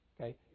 Okay